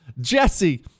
Jesse